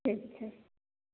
ठीक छै